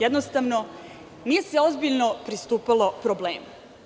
Jednostavno, nije se ozbiljno pristupalo problemu.